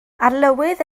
arlywydd